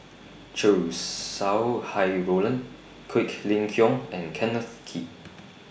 Chow Sau Hai Roland Quek Ling Kiong and Kenneth Kee